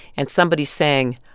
and somebody's saying,